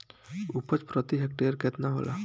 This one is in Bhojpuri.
उपज प्रति हेक्टेयर केतना होला?